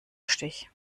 stich